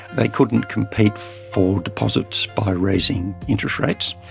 they couldn't compete for deposits by raising interest rates,